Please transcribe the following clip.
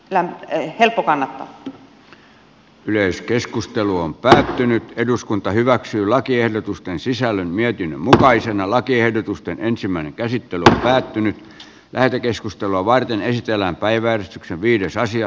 tämän ehteltavaa niin tätä on päätynyt eduskunta hyväksyy lakiehdotusten sisällön viekin mutkaisena lakiehdotusten ensimmäinen käsittely päättynyt lähetekeskustelua varten senkin vuoksi kyllä helppo kannattaa